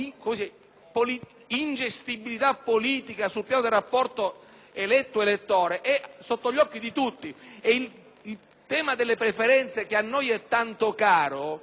Il tema delle preferenze, che a noi è tanto caro, insieme a quello delle spese relative alla campagna elettorale diventano